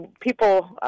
people